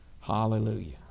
Hallelujah